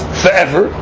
forever